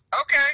Okay